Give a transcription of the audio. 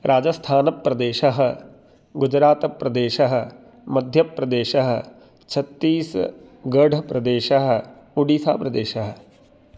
राजस्थानप्रदेशः गुजरातप्रदेशः मध्यप्रदेशः छत्तीस्गढप्रदेशः उडिसाप्रदेशः